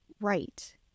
right